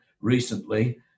recently